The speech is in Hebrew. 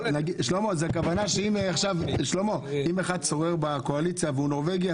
הכוונה שאם אחד שורר בקואליציה והוא נורבגי,